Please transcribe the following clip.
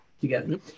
Together